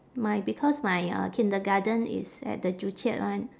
my because my uh kindergarten is at the joo chiat one